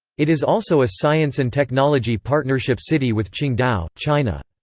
it is also a science and technology partnership city with qingdao, china.